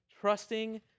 trusting